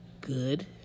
good